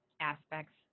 aspects